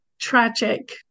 tragic